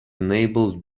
enabled